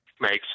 makes